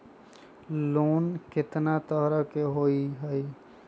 Loan केतना तरह के होअ हई?